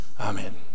Amen